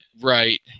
Right